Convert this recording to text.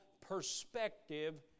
perspective